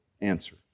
answer